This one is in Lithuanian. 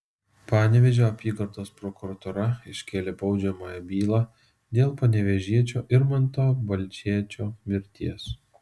panevėžio apygardos prokuratūra iškėlė baudžiamąją bylą dėl panevėžiečio irmanto balčėčio mirties